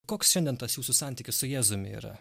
koks šiandien tas jūsų santykis su jėzumi yra